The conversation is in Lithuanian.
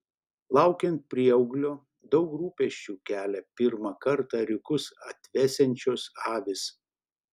laukiant prieauglio daug rūpesčių kelia pirmą kartą ėriukus atvesiančios avys